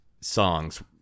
songs